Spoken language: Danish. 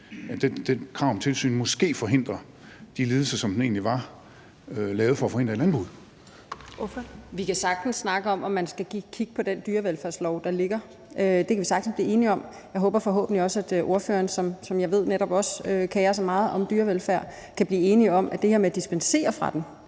Kl. 13:27 Første næstformand (Karen Ellemann): Ordføreren. Kl. 13:27 Mette Thiesen (NB): Vi kan sagtens snakke om, om man skal kigge på den dyrevelfærdslov, der ligger. Det kan vi sagtens blive enige om at gøre. Jeg håber også, at ordføreren, som jeg ved netop også kerer sig meget om dyrevelfærd, kan være enig i, at det her med at dispensere fra den